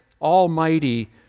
almighty